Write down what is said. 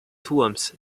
turms